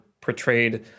portrayed